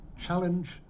challenge